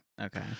Okay